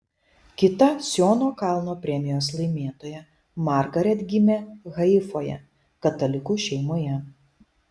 kita siono kalno premijos laimėtoja margaret gimė haifoje katalikų šeimoje